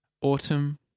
Autumn